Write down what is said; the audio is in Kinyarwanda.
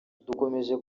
dukomeje